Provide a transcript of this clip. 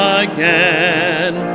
again